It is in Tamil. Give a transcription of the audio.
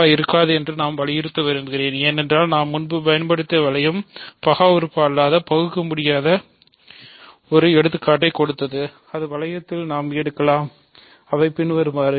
வ இருக்காது என்று நான் வலியுறுத்த விரும்புகிறேன் ஏனென்றால் நாம் முன்பு பயன்படுத்திய வளையம் பகா உறுப்பு அல்லாத பகுக்கமுடியாத ஒரு உறுப்புக்கு ஒரு எடுத்துக்காட்டைக் கொடுத்தது அதே வளையத்தில் நாம் எடுக்கலாம் அவை பின்வருமாறு